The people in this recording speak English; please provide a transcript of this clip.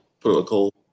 political